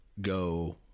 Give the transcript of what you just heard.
go